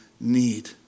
need